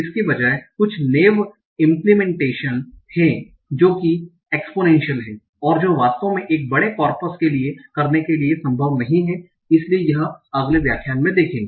इसके बजाय कुछ नैव इंप्लीमेंटेशन हैं जो कि एक्स्पोनेंशल है और जो वास्तव में एक बड़े कॉर्पस के लिए करने के लिए संभव नहीं है इसलिए यह अगले व्याख्यान में देखेंगे